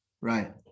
Right